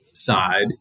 side